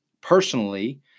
personally